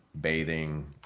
bathing